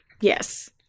Yes